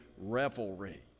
revelry